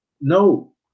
no